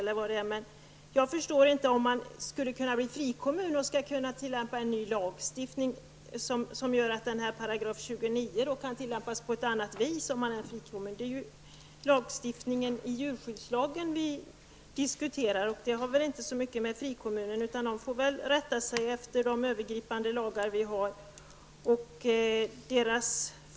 Jag förstår inte att om en kommun blir frikommun, kan 29 § tillämpas på ett annat sätt. Det är lagstiftningen i djurskyddslagen vi diskuterar. Det har inte så mycket med frikommuner att göra. De får rätta sig efter de övergripande lagar som finns.